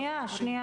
סליחה,